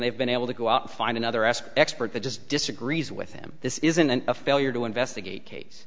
they've been able to go out find another aspect sport that just disagrees with him this isn't a failure to investigate case